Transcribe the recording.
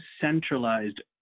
centralized